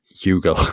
Hugo